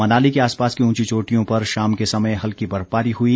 मनाली के आसपास की उंची चोटियों पर शाम के समय हल्की बर्फबारी हई